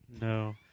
No